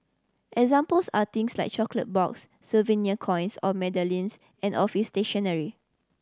examples are things like chocolate box souvenir coins or medallions and office stationery